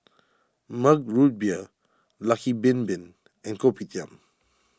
Mug Root Beer Lucky Bin Bin and Kopitiam